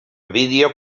vídeo